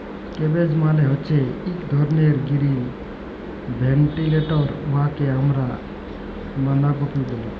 cabbage মালে হছে ইক ধরলের গিরিল ভেজিটেবল উয়াকে আমরা বাঁধাকফি ব্যলি